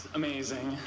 amazing